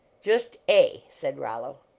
just a, said rollo.